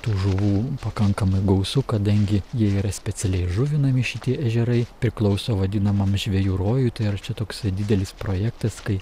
tų žuvų pakankamai gausu kadangi jie yra specialiai įžuvinami šitie ežerai priklauso vadinamam žvejų rojui tai yra čia toksai didelis projektas kai